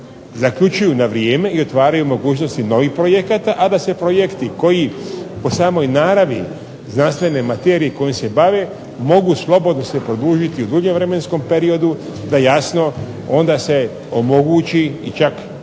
zaključuju na vrijeme i otvaraju mogućnosti novih projekata, a da se projekti koji po samoj naravi znanstvene materije kojom se bave mogu slobodno se produžiti u duljem vremenskom periodu da jasno onda se omogući i čak